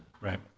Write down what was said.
Right